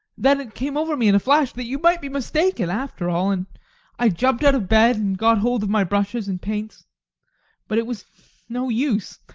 then it came over me in a flash that you might be mistaken after all. and i jumped out of bed and got hold of my brushes and paints but it was no use!